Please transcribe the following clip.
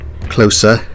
Closer